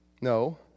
No